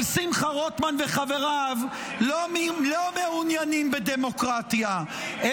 אין הבדל?